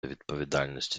відповідальності